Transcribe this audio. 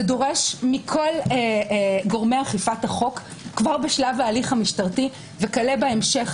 זה דורש מכל גורמי אכיפת החוק כבר בשלב ההליך המשטרתי וכלה בהמשך